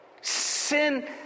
Sin